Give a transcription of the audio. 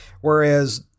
Whereas